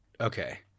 Okay